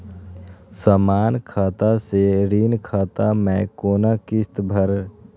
समान खाता से ऋण खाता मैं कोना किस्त भैर?